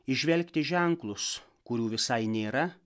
įžvelgti ženklus kurių visai nėra